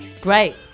Great